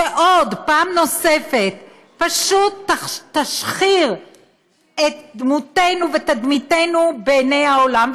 שפעם נוספת פשוט תשחיר את דמותנו ותדמיתנו בעיני העולם.